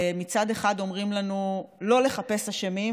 מצד אחד אומרים לנו לא לחפש אשמים,